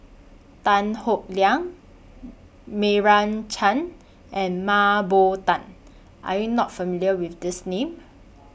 Tan Howe Liang Meira Chand and Mah Bow Tan Are YOU not familiar with These Names